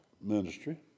ministry